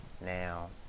Now